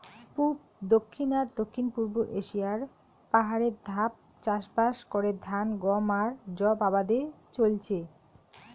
পুব, দক্ষিণ আর দক্ষিণ পুব এশিয়ার পাহাড়ে ধাপ চাষবাস করে ধান, গম আর যব আবাদে চইলচে